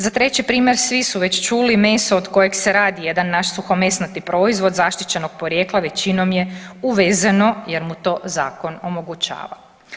Za treći primjer svi su već čuli, meso od kojeg se radi jedan naš suhomesnati proizvod zaštićenog porijekla većinom je uvezeno jer mu to zakon omogućava.